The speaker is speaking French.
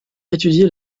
étudié